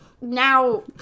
now